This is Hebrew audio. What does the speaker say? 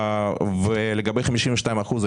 לגבי 52 אחוזים,